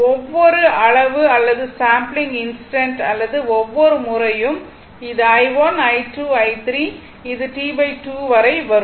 ஒவ்வொரு அளவு அல்லது சேம்ப்ளிங் இன்ஸ்டன்ட் அல்லது ஒவ்வொரு முறையும் இது i1 i2 i3 இது T2 வரை வரும்